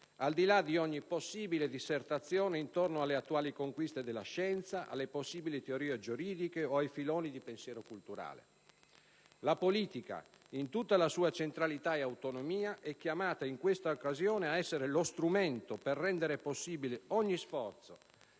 al di là di ogni possibile dissertazione intorno alle attuali conquiste della scienza, alle possibili teorie giuridiche o ai filoni di pensiero culturale. La politica, in tutta la sua centralità e autonomia, è chiamata in questa occasione ad essere lo strumento per rendere possibile ogni sforzo,